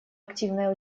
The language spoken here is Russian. активное